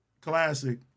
Classic